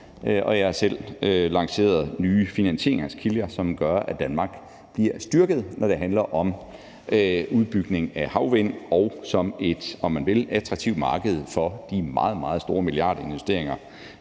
jeg har selv lanceret nye finansieringskilder, som gør, at Danmark bliver styrket, når det handler om udbygning af havvind, som et, om man vil, attraktivt marked for de meget, meget store milliardinvesteringer,